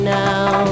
now